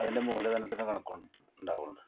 അതിൻറെ മൂലധനത്തിൻ്റെ കണക്ക് ഉണ്ടാകുന്നത്